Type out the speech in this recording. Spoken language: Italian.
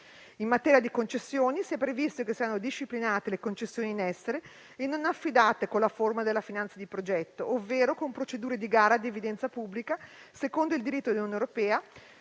In materia di concessioni, si è previsto che siano disciplinate le concessioni in essere e non affidate con la forma della finanza di progetto, ovvero con procedure di gara ad evidenza pubblica, secondo il diritto dell'Unione europea,